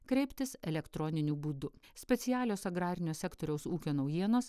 kreiptis elektroniniu būdu specialios agrarinio sektoriaus ūkio naujienos